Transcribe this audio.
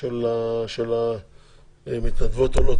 של המתנדבות העולות.